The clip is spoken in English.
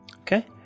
Okay